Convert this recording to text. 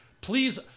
Please